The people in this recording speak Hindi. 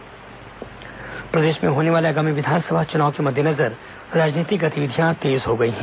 राजनीतिक हलचल प्रदेश में होने वाले आगामी विधानसभा चुनाव के मद्देनजर राजनीतिक गतिविधियां तेज हो गई हैं